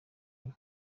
enye